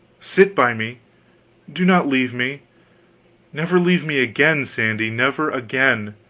sit by me do not leave me never leave me again, sandy, never again.